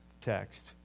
text